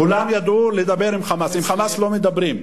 כולם ידעו לדבר עם "חמאס"; עם "חמאס" לא מדברים.